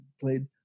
played